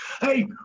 Hey